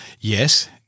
Yes